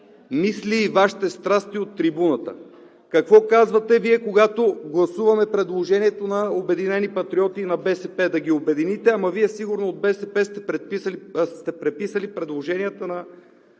мисли и Вашите страсти от трибуната. Какво казвате Вие, когато гласуваме предложението на „Обединени патриоти“ и на БСП: да ги обедините, ама Вие сигурно от БСП сте преписали предложенията на